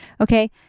Okay